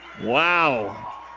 Wow